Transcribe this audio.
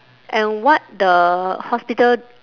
and what the hospital